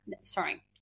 sorry